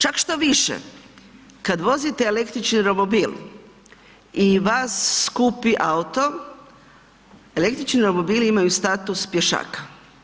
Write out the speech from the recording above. Čak štoviše, kad vozite električni romobil i vas skupi auto, električni romobili imaju status pješaka.